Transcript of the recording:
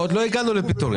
עוד לא הגענו לפיטורים.